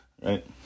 Right